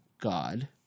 God